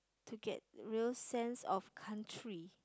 to get real sense of country